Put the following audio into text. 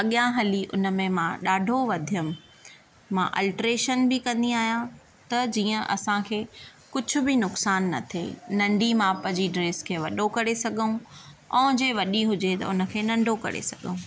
अॻ्यां हली उन में मां ॾाढो वधियमि मां अलटरेशन बि कंदी आहियां त जीअं असांखे कुझु बि नुक़सान न थिए नंढी माप जी ड्रेस खे वॾो करे सघूं ओ जे वॾी हुजे त हुन खे नंढो करे सघूं